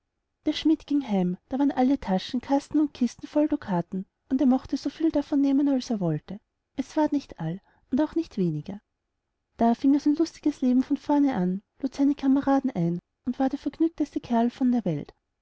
der schmid ging heim da waren alle taschen kasten und kisten voll ducaten und er mogte soviel davon nehmen als er wollte es ward nicht all und auch nicht weniger da fing er sein lustiges leben von vorne an lud seine kameraden ein und war der vergnügteste kerl von der welt